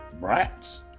brats